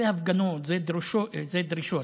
זה הפגנות, זה דרישות.